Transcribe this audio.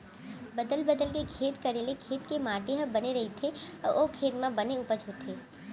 बदल बदल के खेत करे ले खेत के माटी ह बने रइथे अउ ओ खेत म बने उपज होथे